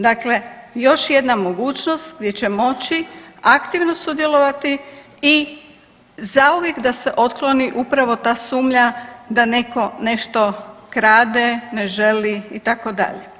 Dakle još jedna mogućnost gdje će moći aktivno sudjelovati i zauvijek da se otkloni upravo ta sumlja da netko nešto krade, ne želi, itd.